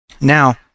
Now